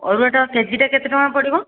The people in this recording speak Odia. ଅରୁଆଟା କେଜିଟା କେତେ ଟଙ୍କା ପଡ଼ିବ